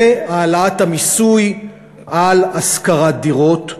והעלאת המיסוי על השכרת דירות,